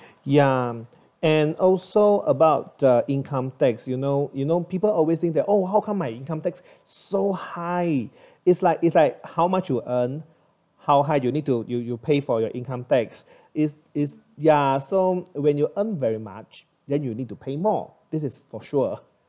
ya and also about the income tax you know you know people always think that oh how come my income tax so high is like is like how much you earn how high you need to you you pay for your income tax is is ya so when you earn very much then you need to pay more this is for sure